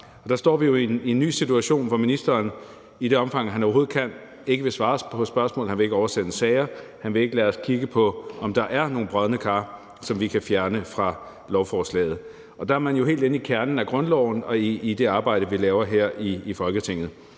der står vi jo i en ny situation, hvor ministeren i det omfang, han overhovedet kan, ikke vil svare på spørgsmål; han vil ikke oversende sager, han vil ikke lade os kigge på, om der er nogle brodne kar, som vi kan fjerne fra lovforslaget. Der er man jo helt inde i kernen af grundloven og i det arbejde, vi laver her i Folketinget.